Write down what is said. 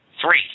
Three